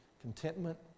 contentment